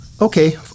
Okay